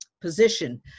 position